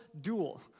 duel